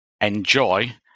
enjoy